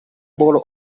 bowl